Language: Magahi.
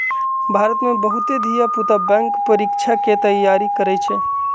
भारत में बहुते धिया पुता बैंक परीकछा के तैयारी करइ छइ